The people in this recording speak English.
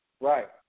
Right